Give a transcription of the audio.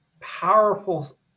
powerful